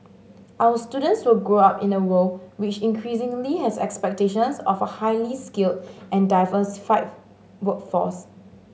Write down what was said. our students will grow up in a world which increasingly has expectations of a highly skilled and diversified workforce